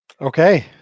okay